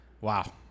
wow